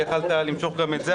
כי יכולת למשוך גם את זה,